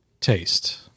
taste